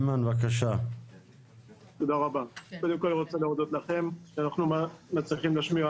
אני רוצה להודות לכם שאנחנו מצליחים להשמיע